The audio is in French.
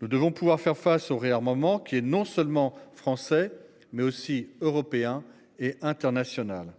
nous devons pouvoir faire face au réarmement qui est non seulement français mais aussi européen et international.